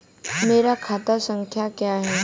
मेरा खाता संख्या क्या है?